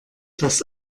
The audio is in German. das